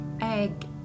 egg